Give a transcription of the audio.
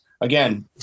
again